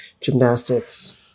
gymnastics